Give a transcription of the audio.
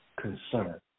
concern